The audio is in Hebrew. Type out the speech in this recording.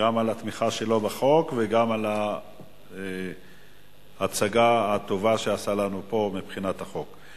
גם על התמיכה שלו בחוק וגם על ההצגה הטובה שעשה לנו פה מבחינת החוק.